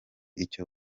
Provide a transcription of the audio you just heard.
icyo